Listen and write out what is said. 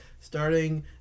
Starting